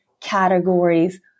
categories